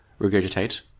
regurgitate